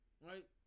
right